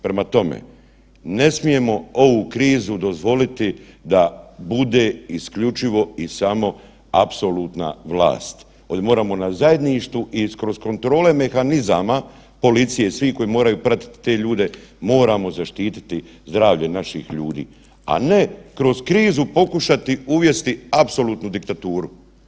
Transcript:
Prema tome, ne smijemo ovu krizu dozvoliti da bude isključivo i samo apsolutna vlast, ovdje moramo na zajedništvu i kroz kontrole mehanizama policije i svih koji moraju pratit te ljude, moramo zaštititi zdravlje naših ljudi, a ne kroz krizu pokušati uvesti apsolutnu diktaturu.